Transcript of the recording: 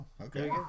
okay